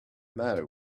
matter